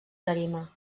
tarima